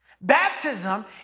Baptism